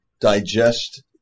digest